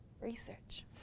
Research